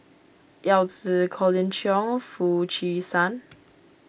Yao Zi Colin Cheong Foo Chee San